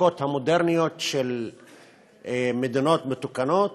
בחוקות המודרניות של מדינות מתוקנות,